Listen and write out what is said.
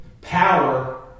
Power